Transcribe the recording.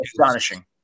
Astonishing